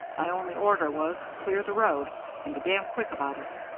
my only order was, clear the road and be damn quick about it.